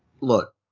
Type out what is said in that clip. Look